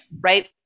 right